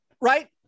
right